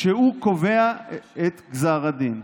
כשהוא קובע את גזר הדין.